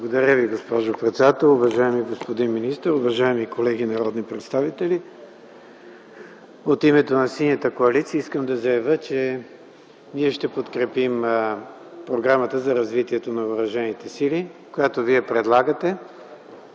Благодаря Ви, госпожо председател. Уважаеми господин министър, уважаеми колеги народни представители! От името на Синята коалиция искам да заявя, че ние ще подкрепим Програмата за развитие на въоръжените сили, която Вие предлагате,